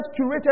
curated